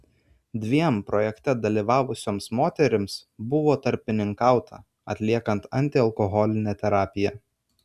dviem projekte dalyvavusioms moterims buvo tarpininkauta atliekant antialkoholinę terapiją